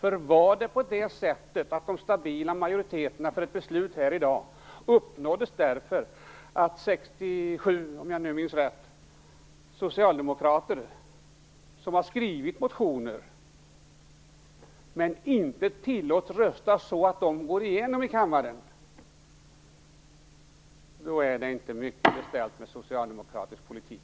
Om det är på det sättet att de stabila majoriteterna för ett beslut här i dag uppnås därför att 67, om jag minns rätt, socialdemokrater som har skrivit motioner inte tillåts rösta så att de går igenom här i kammaren, är det inte mycket beställt med socialdemokratisk politik.